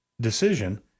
decision